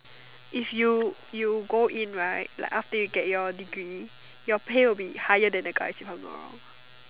if you you go in right like after you get your degree your pay will be higher then the guys if I am not wrong